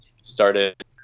started